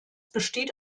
besteht